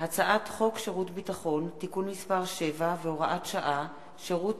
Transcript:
הצעת חוק שירות ביטחון (תיקון מס' 7 והוראת שעה) (שירות